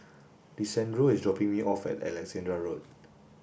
Lisandro is dropping me off at Alexandra Road